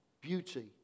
beauty